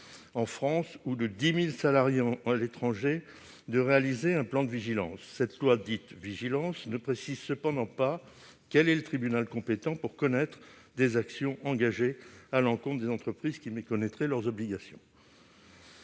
en France ou de 10 000 salariés en France et à l'étranger de réaliser un plan de vigilance. Cette loi dite « vigilance » ne précise cependant pas quel est le tribunal compétent pour connaître des actions engagées à l'encontre des entreprises qui méconnaîtraient leurs obligations.